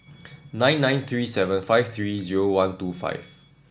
nine nine three seven five three zero one two five